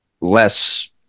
less